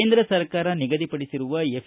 ಕೇಂದ್ರ ಸರಕಾರ ನಿಗದಿಪಡಿಸಿರುವ ಎಫ್